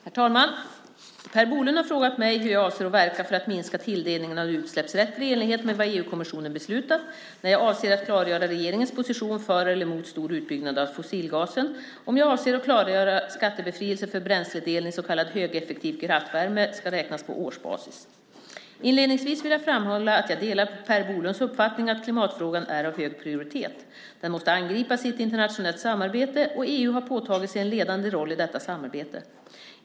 Herr talman! Per Bolund har frågat mig hur jag avser att verka för att minska tilldelningen av utsläppsrätter i enlighet med vad EU-kommissionen beslutat, när jag avser att klargöra regeringens position för eller mot en stor utbyggnad av fossilgasen och om jag avser att klargöra att skattebefrielse för bränsledelen i så kallad högeffektiv kraftvärme ska räknas på årsbasis. Inledningsvis vill jag framhålla att jag delar Per Bolunds uppfattning att klimatfrågan är av hög prioritet. Den måste angripas i ett internationellt samarbete, och EU har påtagit sig en ledande roll i detta samarbete.